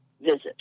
visit